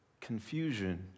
confusion